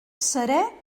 serè